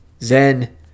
Zen